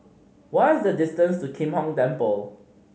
what is the distance to Kim Hong Temple